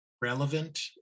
relevant